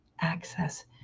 access